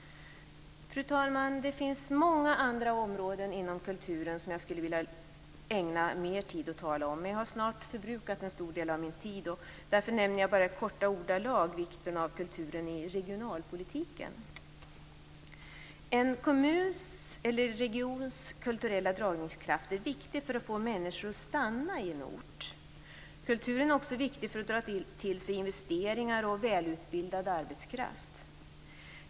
Fru talman! Det finns många andra områden inom kulturen som jag skulle vilja ägna mer tid till att tala om, men jag har förbrukat en stor del av min talartid. Därför nämner jag bara i korta ordalag vikten av kulturen i regionalpolitiken. En kommuns eller regions kulturella dragningskraft är viktig för att få människor att stanna i en ort. Kulturen är också viktig för att dra till sig investeringar och välutbildad arbetskraft.